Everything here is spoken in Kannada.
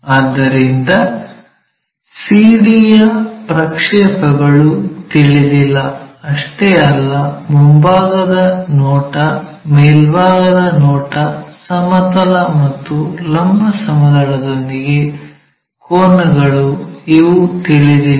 ಆದ್ದರಿಂದ cd ಯ ಪ್ರಕ್ಷೇಪಗಳು ತಿಳಿದಿಲ್ಲ ಅಷ್ಟೇ ಅಲ್ಲ ಮುಂಭಾಗದ ನೋಟ ಮೇಲ್ಭಾಗದ ನೋಟ ಸಮತಲ ಮತ್ತು ಲಂಬ ಸಮತಲದೊಂದಿಗೆ ಕೋನಗಳು ಇವು ತಿಳಿದಿಲ್ಲ